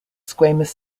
squamous